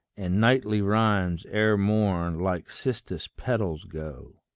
and nightly rimes ere morn like cistus-petals go.